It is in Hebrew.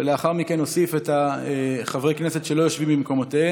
ולאחר מכן נוסיף את חברי הכנסת שלא יושבים במקומותיהם.